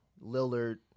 Lillard